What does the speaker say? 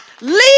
leave